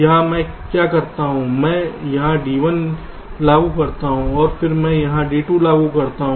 यहां मैं क्या करता हूं मैं यहां D1 लागू करता हूं फिर मैं यहां D2 लागू करता हूं